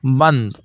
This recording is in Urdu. بند